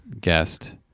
guest